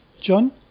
John